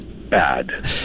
bad